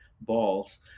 balls